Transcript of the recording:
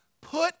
put